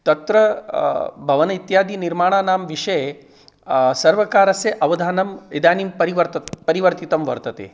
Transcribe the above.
तत्र भवन इत्यादि निर्माणानां विषये सर्वकारस्य अवधानम् इदानीं परिवर्त् परिवर्तितं वर्तते